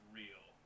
real